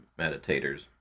meditators